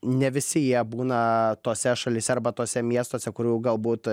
ne visi jie būna tose šalyse arba tuose miestuose kurių galbūt